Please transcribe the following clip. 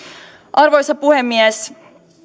arvoisa puhemies